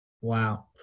Wow